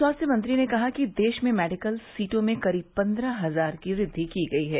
स्वास्थ्य मंत्री ने कहा कि देश में मेडिकल सीटों में करीब पन्द्रह हजार की वृद्वि की गई है